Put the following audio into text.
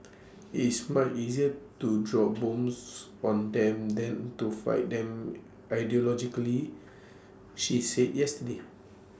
it's might easier to drop bombs on them than to fight them ideologically she said yesterday